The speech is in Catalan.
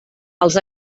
els